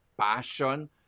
passion